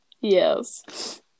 Yes